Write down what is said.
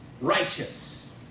righteous